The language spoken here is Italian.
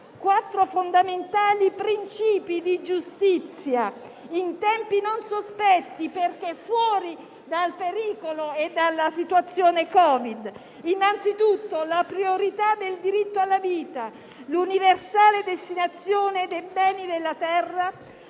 quattro fondamentali principi di giustizia in tempi non sospetti, perché fuori dal pericolo e dalla situazione Covid: innanzitutto, la priorità del diritto alla vita; l'universale destinazione dei beni della terra;